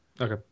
Okay